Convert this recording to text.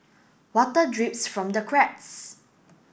water drips from the cracks